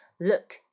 Look